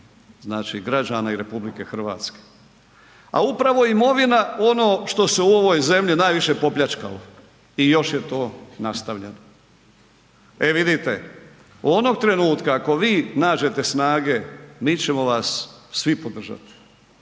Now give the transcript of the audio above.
znači građana i RH. A upravo je imovina ono što se u ovoj zemlji najviše popljačkalo i još je to nastavljeno. E vidite, onog trenutka ako vi nađete snage, mi ćemo vas svi podržati.